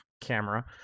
camera